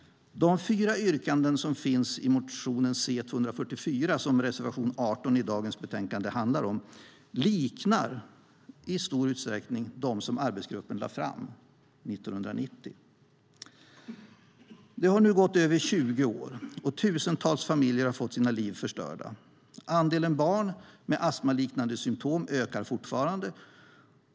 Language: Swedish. De fyra yrkanden som finns i motion C244, som reservation 18 i dagens betänkande behandlar, liknar i stor utsträckning de som arbetsgruppen lade fram 1990. Det har nu gått över 20 år och tusentals familjer har fått sina liv förstörda. Andelen barn med astmaliknande symptom ökar fortfarande.